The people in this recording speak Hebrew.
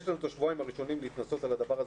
יש לנו את השבועיים הראשונים להתנסות על הדבר הזה.